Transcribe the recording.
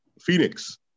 Phoenix